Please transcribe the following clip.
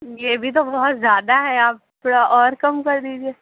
یہ بھی تو بہت زیادہ ہے آپ تھوڑا اور کم کر دیجیے